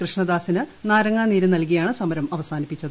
കൃഷ്ണദാസിന് നാരങ്ങാനീര് നൽകിയാണ് സമരം അവസാനിപ്പിച്ചത്